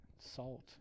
salt